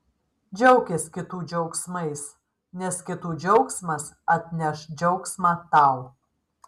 džiaukis kitų džiaugsmais nes kitų džiaugsmas atneš džiaugsmą tau